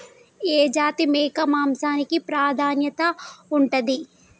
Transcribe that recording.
ఏ జాతి మేక మాంసానికి ప్రాధాన్యత ఉంటది?